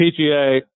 PGA